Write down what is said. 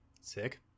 Sick